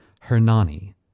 Hernani